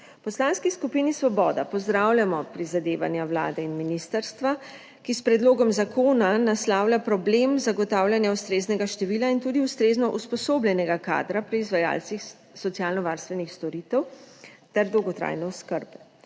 Poslanski skupini Svoboda pozdravljamo prizadevanja vlade in ministrstva, ki s predlogom zakona naslavlja problem zagotavljanja ustreznega števila in tudi ustrezno usposobljenega kadra pri izvajalcih socialnovarstvenih storitev ter dolgotrajne oskrbe.